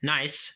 Nice